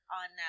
on